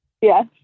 Yes